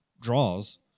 draws